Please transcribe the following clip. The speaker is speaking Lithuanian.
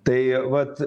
tai vat